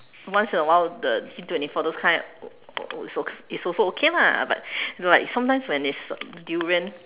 once in a while the D twenty four those kind al~ al~ also is also okay lah but you know like sometimes when it's durian